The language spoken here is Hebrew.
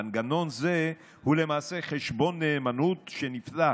מנגנון זה הוא למעשה חשבון נאמנות שנפתח